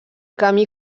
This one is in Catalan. camí